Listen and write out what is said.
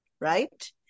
right